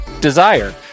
Desire